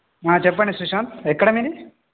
చెప్పండి సుశాంత్ ఎక్కడ మీది